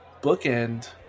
bookend